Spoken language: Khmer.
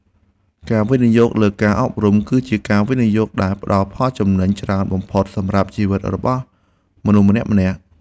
ការវិនិយោគលើការអប់រំគឺជាការវិនិយោគដែលផ្តល់ផលចំណេញច្រើនបំផុតសម្រាប់ជីវិតរបស់មនុស្សម្នាក់ៗ។